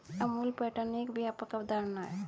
Amul pattern एक व्यापक अवधारणा है